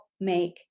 make